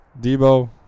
Debo